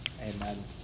Amen